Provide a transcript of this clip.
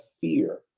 fear